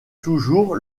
toujours